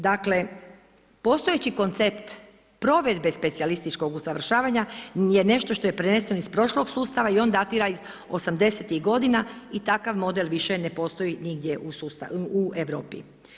Dakle, postojeći koncept provedbe specijalističkog usavršavanja je nešto što je preneseno iz prošlog sustava i on datira iz '80.-tih godina i takav model više ne postoji nigdje u Europi.